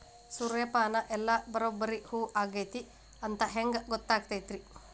ಸೂರ್ಯಪಾನ ಎಲ್ಲ ಬರಬ್ಬರಿ ಹೂ ಆಗೈತಿ ಅಂತ ಹೆಂಗ್ ಗೊತ್ತಾಗತೈತ್ರಿ?